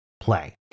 play